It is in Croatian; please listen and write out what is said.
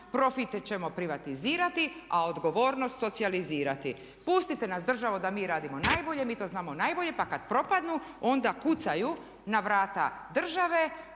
profite ćemo privatizirati a odgovornost socijalizirati. Pustite nas državo da mi radimo najbolje, mi to znamo najbolje pa kad propadnu onda kucaju na vrata države